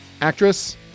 actress